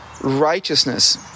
righteousness